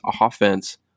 offense